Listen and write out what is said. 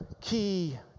key